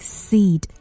seed